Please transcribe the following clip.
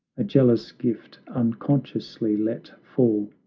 a jealous gift, unconsciously let fall,